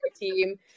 team